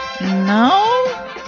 No